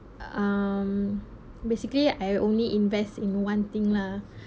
um basically I only invest in one thing lah